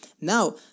Now